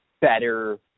better